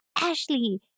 Ashley